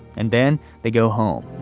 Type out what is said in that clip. and then they go home.